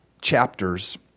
chapters